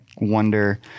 wonder